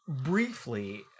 briefly